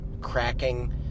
cracking